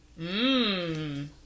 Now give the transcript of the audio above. Mmm